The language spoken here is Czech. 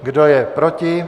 Kdo je proti?